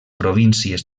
províncies